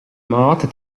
māte